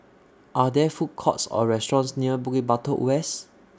Are There Food Courts Or restaurants near Bukit Batok West